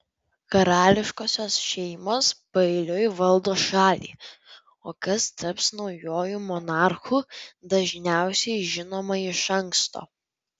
karališkosios šeimos paeiliui valdo šalį o kas taps naujuoju monarchu dažniausiai žinoma iš anksto